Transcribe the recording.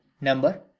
number